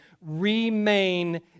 Remain